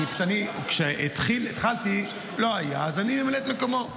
כי כשהתחלתי הוא לא היה, אז אני ממלא את מקומו.